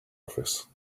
office